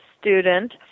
student